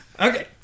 Okay